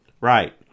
Right